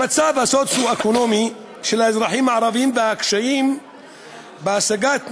המצב הסוציו-אקונומי של האזרחים הערבים והקשיים בהשגת מימון,